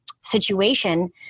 situation